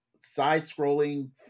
side-scrolling